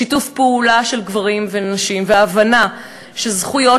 שיתוף פעולה של גברים ונשים וההבנה שזכויות